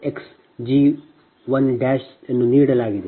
x g1 ಅನ್ನು ಸಹ ಇಲ್ಲಿ ನೀಡಲಾಗಿದೆ